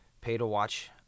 pay-to-watch